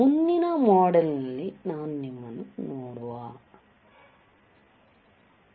ಮುಂದಿನ ಮಾಡ್ಯೂಲ್ನಲ್ಲಿ ನಾನು ನಿಮ್ಮನ್ನು ನೋಡುತ್ತೇನೆ